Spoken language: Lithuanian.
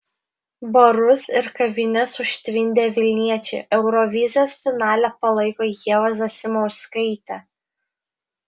barus ir kavines užtvindę vilniečiai eurovizijos finale palaiko ievą zasimauskaitę